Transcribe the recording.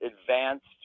advanced